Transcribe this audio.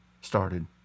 Started